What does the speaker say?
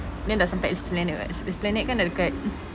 then dah sampai esplanade what es~ esplanade kan dah dekat